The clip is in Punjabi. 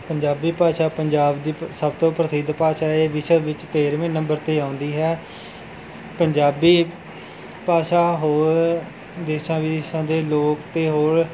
ਪੰਜਾਬੀ ਭਾਸ਼ਾ ਪੰਜਾਬ ਦੀ ਪ ਸਭ ਤੋਂ ਪ੍ਰਸਿੱਧ ਭਾਸ਼ਾ ਏ ਇਹ ਵਿਸ਼ਵ ਵਿੱਚ ਤੇਰ੍ਹਵੇਂ ਨੰਬਰ 'ਤੇ ਆਉਂਦੀ ਹੈ ਪੰਜਾਬੀ ਭਾਸ਼ਾ ਹੋਰ ਦੇਸ਼ਾਂ ਵਿਦੇਸ਼ਾਂ ਦੇ ਲੋਕ ਅਤੇ ਹੋਰ